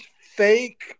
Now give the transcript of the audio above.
fake